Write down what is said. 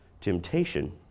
temptation